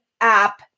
app